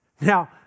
Now